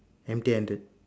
empty-handed